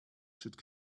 should